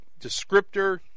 descriptor